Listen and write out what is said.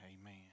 amen